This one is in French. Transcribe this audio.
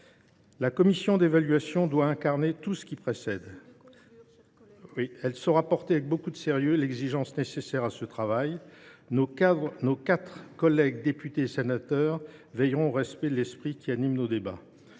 La commission d’évaluation doit incarner tout ce qui précède. Il faut conclure, cher collègue. Elle saura porter avec beaucoup de sérieux l’exigence nécessaire à ce travail. Nos quatre collègues députés et sénateurs veilleront au respect de l’esprit qui anime nos débats.